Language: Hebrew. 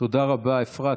תודה רבה, אפרת.